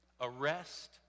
arrest